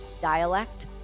dialect